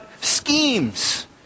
schemes